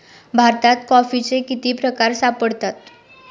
भारतात कॉफीचे किती प्रकार सापडतात?